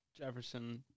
Jefferson